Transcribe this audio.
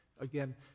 Again